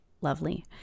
lovely